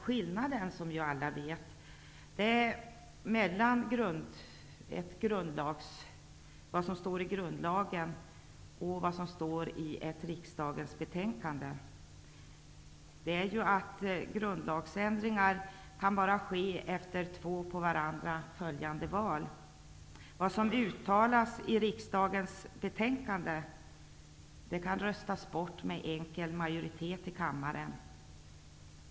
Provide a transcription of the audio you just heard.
Skillnaden mellan grundlagen och vad som föreslås i riksdagens betänkande är att grundlagsändringar bara kan ske genom två riksdagsbeslut med mellanliggande val. Vad som föreslås i riksdagens betänkande kan röstas bort med enkel majoritet i kammaren.